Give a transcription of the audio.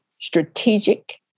strategic